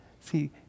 See